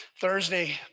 Thursday